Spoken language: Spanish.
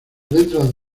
letras